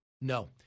No